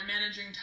managing